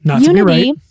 unity